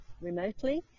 remotely